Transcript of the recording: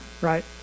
right